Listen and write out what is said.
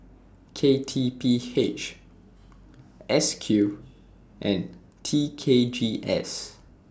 K T P H S Q and T K G S